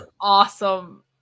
awesome